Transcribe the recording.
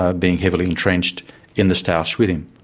ah being heavily entrenched in the stoush with him.